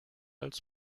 als